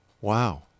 wow